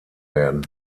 werden